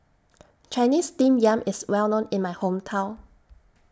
Chinese Steamed Yam IS Well known in My Hometown